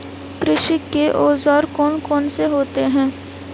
कृषि के औजार कौन कौन से होते हैं?